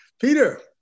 Peter